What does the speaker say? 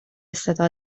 صدا